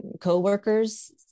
coworkers